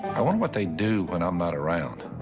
i wonder what they do when i'm not around.